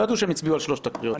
לא ידעו שהם הצביעו על שלוש הקריאות.